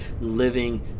living